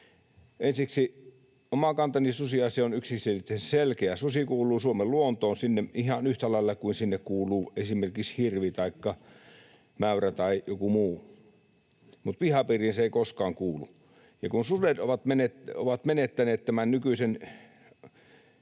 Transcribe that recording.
Ensiksi: Oma kantani susiasiassa on yksiselitteisen selkeä. Susi kuuluu Suomen luontoon ihan yhtä lailla kuin sinne kuuluu esimerkiksi hirvi taikka mäyrä tai joku muu, mutta pihapiiriin se ei koskaan kuulu. Ja kun sudet ovat menettäneet tämän nykyisen